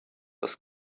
das